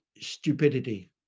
stupidity